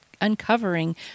uncovering